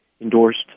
endorsed